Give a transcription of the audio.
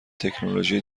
تکنولوژی